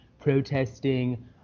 protesting